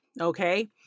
Okay